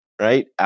right